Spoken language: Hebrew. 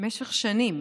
במשך שנים